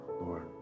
Lord